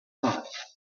night